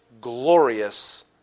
glorious